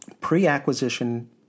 Pre-acquisition